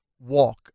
walk